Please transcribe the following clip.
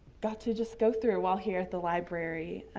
got to just go through while here at the library.